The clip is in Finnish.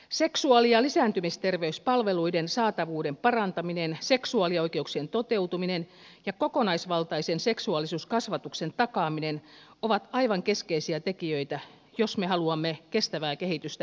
seksuaali ja lisääntymisterveyspalveluiden saatavuuden parantaminen seksuaalioikeuksien toteutuminen ja kokonaisvaltaisen seksuaalisuuskasvatuksen takaaminen ovat aivan keskeisiä tekijöitä jos me haluamme kestävää kehitystä edistää